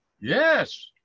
Yes